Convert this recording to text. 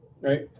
right